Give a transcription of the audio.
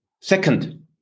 second